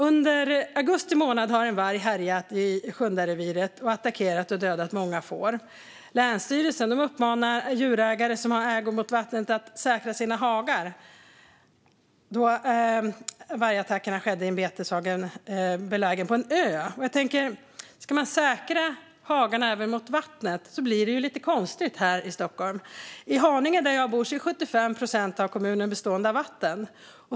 Under augusti månad har en varg härjat i Sjundareviret och attackerat och dödat många får. Länsstyrelsen uppmanar djurägare som har ägor mot vattnet att säkra sina hagar, då en av vargattackerna skedde i en beteshage belägen på en ö.Ska man säkra hagarna även mot vattnet blir det lite konstigt här i Stockholm. I Haninge där jag bor är 75 procent av kommunen bestående av vatten.